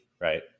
right